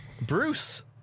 Bruce